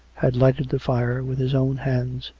had lighted the fire with his own hands,